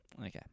okay